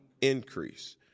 increase